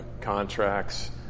contracts